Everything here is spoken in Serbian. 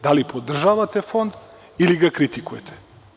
Da li podržavate Fond ili ga kritikujete?